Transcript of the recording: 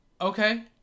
Okay